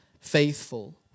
faithful